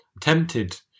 tempted